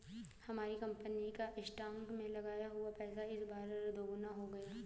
हमारी कंपनी का स्टॉक्स में लगाया हुआ पैसा इस बार दोगुना हो गया